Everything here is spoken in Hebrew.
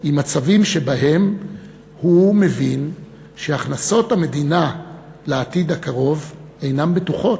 עם מצבים שבהם הוא מבין שהכנסות המדינה לעתיד הקרוב אינן בטוחות.